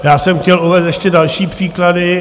Já jsem chtěl uvést ještě další příklady.